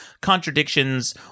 contradictions